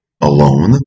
alone